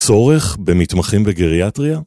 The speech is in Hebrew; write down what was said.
צורך במתמחים בגריאטריה?